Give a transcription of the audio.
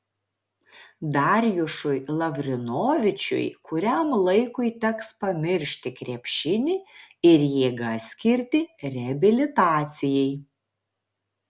darjušui lavrinovičiui kuriam laikui teks pamiršti krepšinį ir jėgas skirti reabilitacijai